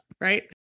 right